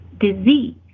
Disease